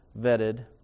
vetted